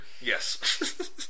Yes